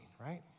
right